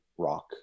rock